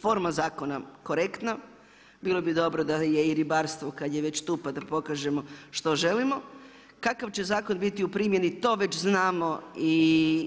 Forma zakona korektna, bilo bi dobro da je i ribarstvo kad je već tu, pa da pokažemo što želimo, kakav će zakon biti u primjeni to već znamo i